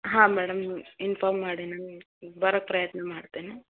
ಹಾಂ madam inform ಮಾಡಿ ನನ್ಗೆ ಬರೋ ಪ್ರಯತ್ನ ಮಾಡ್ತೇನೆ